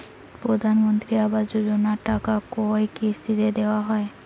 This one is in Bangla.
প্রধানমন্ত্রী আবাস যোজনার টাকা কয় কিস্তিতে দেওয়া হয়?